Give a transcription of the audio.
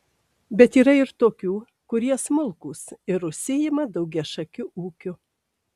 bet yra ir tokių kurie smulkūs ir užsiima daugiašakiu ūkiu